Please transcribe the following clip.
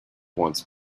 once